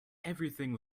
everything